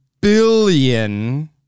billion